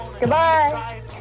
Goodbye